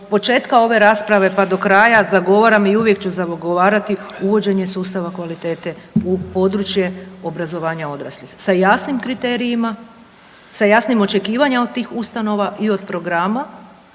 od početka ove rasprave pa do kraja zagovaram i uvijek ću zagovarati uvođenje sustava kvalitete u područje obrazovanja odraslih sa jasnim kriterijima, sa jasnim očekivanjima od tih ustanova i od programa